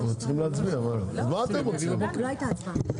הישיבה לא נעולה.